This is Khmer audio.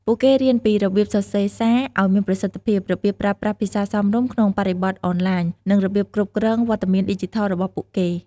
ពួកគេរៀនពីរបៀបសរសេរសារឱ្យមានប្រសិទ្ធភាព របៀបប្រើប្រាស់ភាសាសមរម្យក្នុងបរិបទអនឡាញ និងរបៀបគ្រប់គ្រងវត្តមានឌីជីថលរបស់ពួកគេ។